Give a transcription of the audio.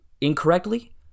incorrectly